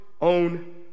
own